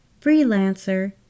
freelancer